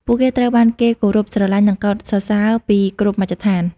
ពួកគេត្រូវបានគេគោរពស្រឡាញ់ និងកោតសរសើរពីគ្រប់មជ្ឈដ្ឋាន។